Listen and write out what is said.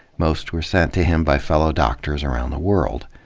most were sent to him by fellow doctors around the world.